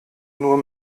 nur